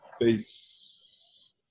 face